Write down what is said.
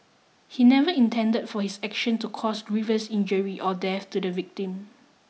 he never intended for his action to cause grievous injury or death to the victim